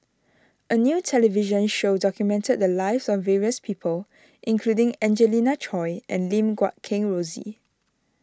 a new television show documented the lives of various people including Angelina Choy and Lim Guat Kheng Rosie